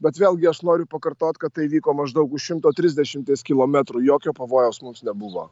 bet vėlgi aš noriu pakartot kad tai vyko maždaug už šimto trisdešimties kilometrų jokio pavojaus mums nebuvo